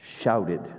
shouted